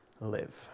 live